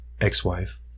ex-wife